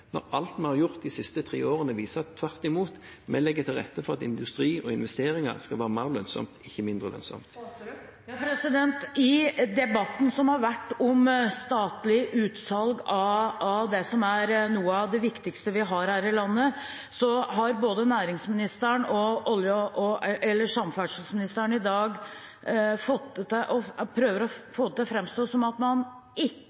når alt vi har gjort de siste tre årene, viser at vi tvert imot legger til rette for at industri og investeringer skal være mer lønnsomt, ikke mindre lønnsomt. I debatten som har vært om statlig utsalg av det som er noe av det viktigste vi har her i landet, har både næringsministeren og samferdselsministeren i dag prøvd å få det til